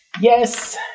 Yes